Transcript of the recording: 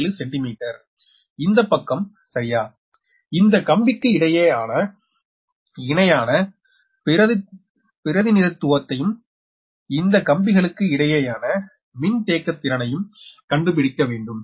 67 centimetre இந்த பக்கம் சரியா இந்த கம்பிக்கு இணையான பிரதிநிதித்துவத்தையும் இந்த கம்பிகளுக்கு இடையேயான மின்தேக்கத்திறனையும் கண்டுபிடிக்க வேண்டும்